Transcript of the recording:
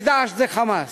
ו"דאעש" זה "חמאס",